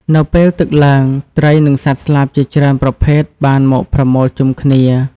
នៅពេលទឹកឡើង ត្រី និងសត្វស្លាបជាច្រើនប្រភេទបានមកប្រមូលផ្តុំគ្នា។